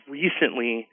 recently